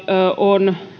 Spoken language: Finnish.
on